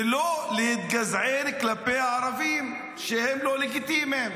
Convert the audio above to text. ולא להתגזען כלפי הערבים שהם לא לגיטימיים,